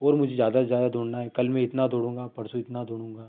और मुझे ज्यादा से ज्यादा दौड़ना है कल मैं इतना दौड़ूँगा परसों इतना दौड़ूँगा